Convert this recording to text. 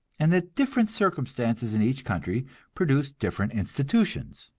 and that different circumstances in each country produce different institutions.